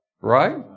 Right